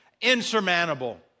insurmountable